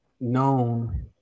known